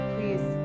Please